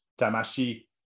Damashi